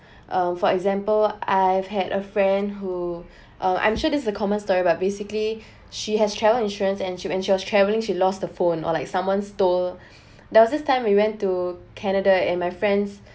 um for example I had a friend who uh I'm sure this is a common story but basically she has travel insurance and she when she was travelling she lost the phone or like someone stole there was this time we went to canada and my friend's